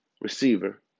receiver